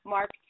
Mark